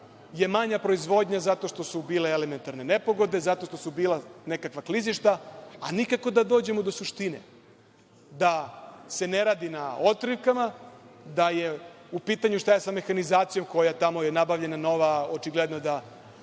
je manja proizvodnja zato što su bile elementarne nepogode, zato što su bila nekakva klizišta, a nikako da dođemo do suštine, da se ne radi na … da je u pitanju, šta je sa mehanizacijom, koja tamo, nabavljena je nova, očigledno je